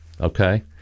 okay